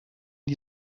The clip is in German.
die